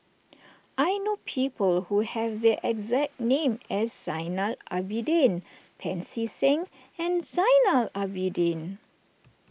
I know people who have the exact name as Zainal Abidin Pancy Seng and Zainal Abidin